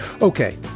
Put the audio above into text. Okay